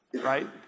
right